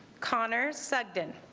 connor sugden